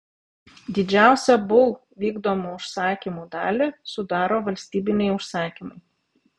didžiausią bull vykdomų užsakymų dalį sudaro valstybiniai užsakymai